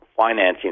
financing